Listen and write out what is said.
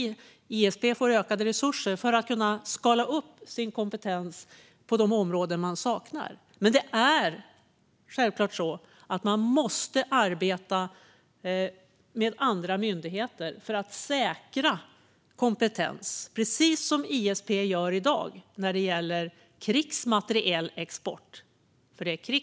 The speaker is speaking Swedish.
ISP får ökade resurser för att kunna skala upp sin kompetens på de områden där sådan saknas. Men självfallet måste man arbeta med andra myndigheter för att säkra kompetens, precis som ISP gör i dag när det gäller krigsmaterielexport.